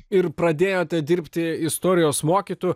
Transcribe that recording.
ir pradėjote dirbti istorijos mokytoju